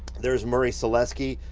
there's murray sielski,